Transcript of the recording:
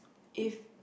if